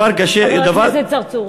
חבר הכנסת צרצור,